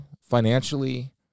financially